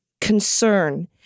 concern